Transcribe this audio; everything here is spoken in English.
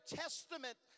testament